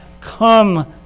come